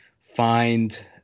find